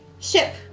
Ship